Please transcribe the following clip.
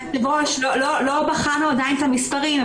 עדיין לא בחנו את המספרים.